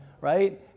right